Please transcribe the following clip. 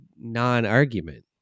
non-argument